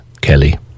Kelly